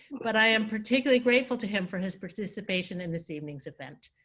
but i am particularly grateful to him for his participation in this evening's event.